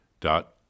dot